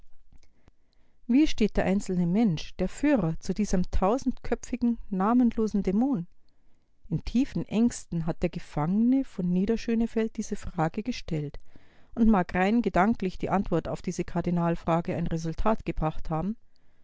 wie steht der einzelne mensch der führer zu diesem tausendköpfigen namenlosen dämon in tiefen ängsten hat der gefangene von niederschönefeld diese frage gestellt und mag rein gedanklich die antwort auf diese kardinalfrage ein resultat gebracht haben